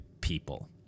people